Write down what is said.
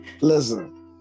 Listen